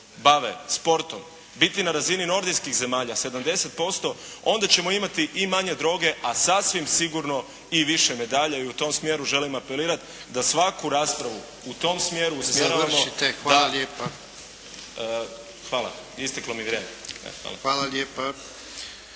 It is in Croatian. bave sportom biti na razini nordijskih zemalja 70% onda ćemo imati i manje droge, a sasvim sigurno i više medalja. I u tom smjeru želim apelirati da svaku raspravu u tom smjeru usmjeravamo … …/Upadica: Završite, hvala lijepa./…